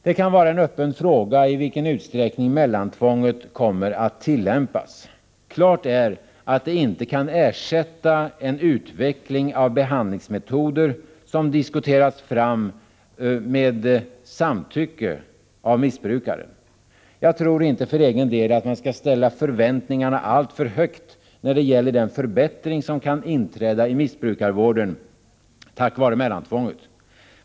Det kan vara en öppen fråga i vilken utsträckning mellantvånget kommer att tillämpas. Klart är att det inte kan ersätta en utveckling av behandlingsmetoder, som diskuterats fram med samtycke av missbrukaren. Jag tror inte för egen del att man skall ställa förväntningarna alltför högt när det gäller den förbättring som kan inträda i missbrukarvården tack vare mellantvånget.